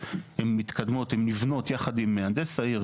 שמתקדמות ובנבנות יחד עם מהנדס העיר.